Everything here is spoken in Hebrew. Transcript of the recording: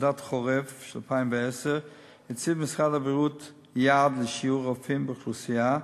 ועדת חורב מ-2010 הציב משרד הבריאות יעד לשיעור הרופאים באוכלוסייה: